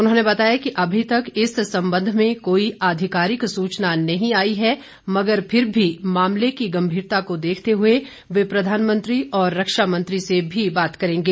उन्होंने बताया कि अभी तक इस संबंध में कोई आधिकारिक सुचना नही आई है मगर फिर भी मामले की गम्भीरता को देखते हुए वह प्रधानमंत्री और रक्षा मंत्री से भी बात करेंगे